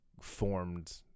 formed